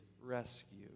rescue